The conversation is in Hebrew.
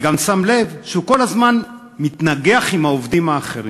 אני גם שם לב שהוא כל הזמן מתנגח בעובדים האחרים,